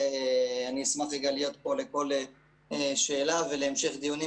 אשמח להיות פה לכל שאלה ולהמשך דיונים,